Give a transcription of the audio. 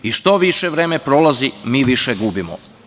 Što više vreme prolazi, mi više gubimo.